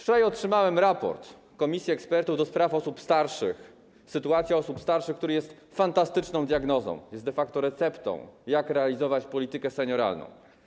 Wczoraj otrzymałem raport Komisji Ekspertów do spraw Osób Starszych dotyczący sytuacji osób starszych, który jest fantastyczną diagnozą, jest de facto receptą, jak realizować politykę senioralną.